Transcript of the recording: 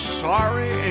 sorry